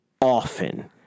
often